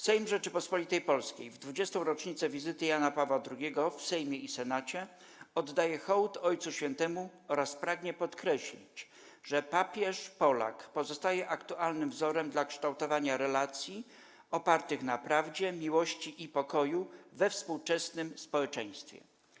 Sejm Rzeczypospolitej Polskiej, w 20. rocznicę wizyty Jana Pawła II w Sejmie i Senacie, oddaje hołd Ojcu Świętemu oraz pragnie podkreślić, że Papież Polak pozostaje aktualnym wzorcem dla kształtowania relacji - opartych na prawdzie, miłości i pokoju we współczesnym społeczeństwie”